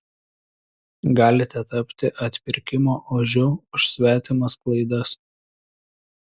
galite tapti atpirkimo ožiu už svetimas klaidas